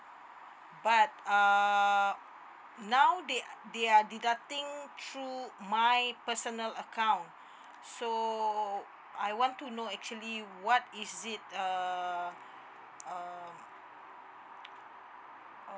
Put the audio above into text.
but uh now they they are deducting through my personal account so I want to know actually what is it err um how